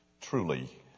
Truly